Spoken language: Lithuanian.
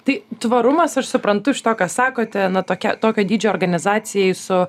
tai tvarumas aš suprantu iš to ką sakote na tokia tokio dydžio organizacijai su